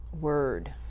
word